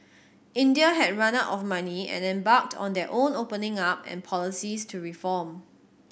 India had run out of money and embarked on their own opening up and policies to reform